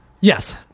Yes